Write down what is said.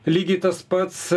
lygiai tas pats